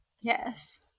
Yes